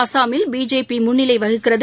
அசாமில் பிஜேபி முன்னிலை வகிக்கிறது